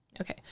Okay